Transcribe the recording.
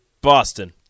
Boston